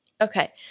Okay